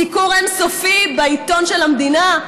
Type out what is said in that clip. סיקור אין-סופי בעיתון של המדינה.